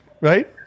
right